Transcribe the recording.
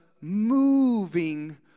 moving